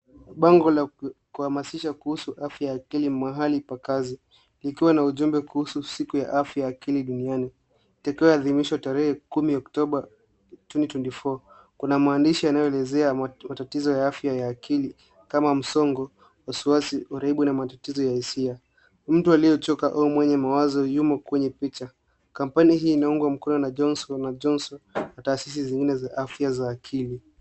Bango la kuhamasisha kuhusu afya ya akili mahali pa kazi ikiwa na ujumbe kuhusu siku ya afya ya akili duniani itakayoadhimishwa tarehe 10 Oktoba, 2024. KUna maandishi yanayoelezea matatizo ya afya ya akili kama msongo, wasiwasi, uraibu na matatizo ya hisia. Mtu aliyechka au mwenye mawazo yumo kwenye picha. Kampuni hii inaundwa mkono na Jonhson na Jonhson na taasisi nyingine za afya za akili.